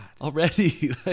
already